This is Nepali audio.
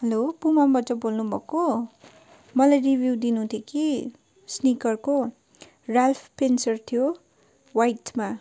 हेलो पुमाबाट बोल्नुभएको मलाई रिभ्यू दिनु थियो कि स्निकरको राइफ पेन्सर थियो व्हाइटमा